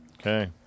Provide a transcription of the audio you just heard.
Okay